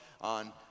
on